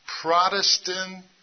Protestant